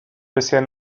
bisher